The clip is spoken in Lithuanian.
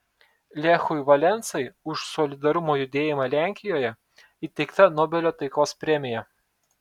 lechui valensai už solidarumo judėjimą lenkijoje įteikta nobelio taikos premija